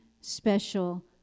special